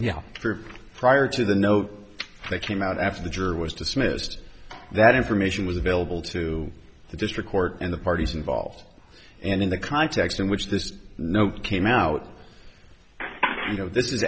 group prior to the note that came out after the juror was dismissed that information was available to the district court and the parties involved and in the context in which this note came out you know this is